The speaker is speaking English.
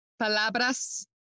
Palabras